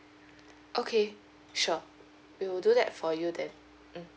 okay sure we will do that for you then mm